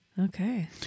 Okay